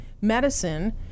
medicine